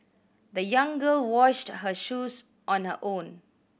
the young girl washed her shoes on her own